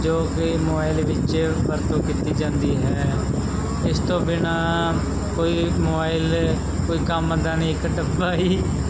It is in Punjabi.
ਜੋ ਕਿ ਮੋਬਾਈਲ ਵਿੱਚ ਵਰਤੋਂ ਕੀਤੀ ਜਾਂਦੀ ਹੈ ਇਸ ਤੋਂ ਬਿਨਾਂ ਕੋਈ ਮੋਬਾਈਲ ਕੋਈ ਕੰਮ ਦਾ ਨਹੀਂ ਇੱਕ ਡੱਬਾ ਹੀ